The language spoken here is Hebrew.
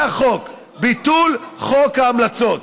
זה החוק: ביטול חוק ההמלצות.